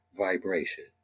vibration